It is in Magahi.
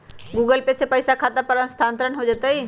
गूगल पे से पईसा खाता पर स्थानानंतर हो जतई?